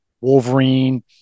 Wolverine